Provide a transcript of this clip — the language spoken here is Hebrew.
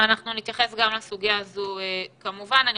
אנחנו נתייחס גם לסוגיה הזו כמובן.